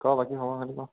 ক বাকী খবৰ খাতি ক